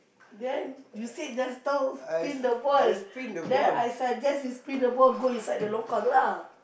then you said there's the spin the ball then I suggest you spin the ball go inside the longkang lah